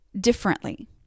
differently